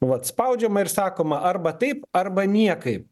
nu vat spaudžiama ir sakoma arba taip arba niekaip